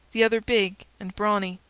the other big and brawny.